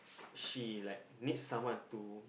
she like need someone to